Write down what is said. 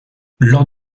lors